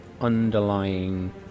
underlying